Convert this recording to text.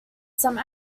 some